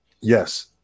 Yes